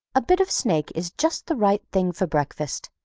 a bit of snake is just the right thing for breakfast.